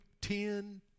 ten